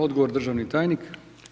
Odgovor državni tajnik.